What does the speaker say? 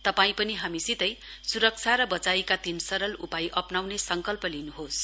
तपाई पनि हामीसितै सुरक्षा र बचाइका तीन सरल उपाय अप्नाउने संकल्प गर्नुहोस्